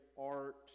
art